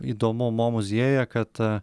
įdomu mo muziejuje kad